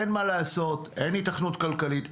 אין מה לעשות, אין היתכנות כלכלית.